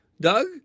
Doug